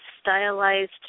stylized